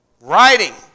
Writing